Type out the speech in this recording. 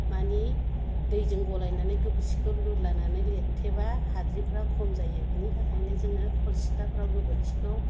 माने दैजों गलायनानै गोबोरखिखौ लुदलानानै लेरथेबा हाद्रिफोरा खम जायो बिनि थाखायनो जोङो खल सिथ्लाफोराव गोबोरखिखौ